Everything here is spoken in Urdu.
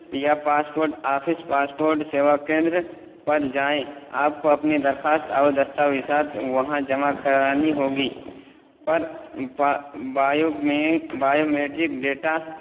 یا passport office passport Seva Kendra پر جائیں آپ کو اپنی درخواست اور دستاویزات وہاں جمع کرانی ہوگی پر بایو میں بایو میٹرک ڈیٹا